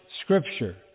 Scripture